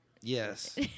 Yes